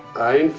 i